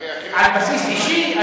הרי, על בסיס אישי?